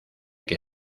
que